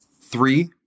three